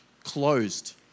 closed